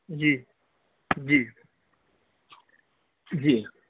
جی جی جی